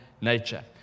nature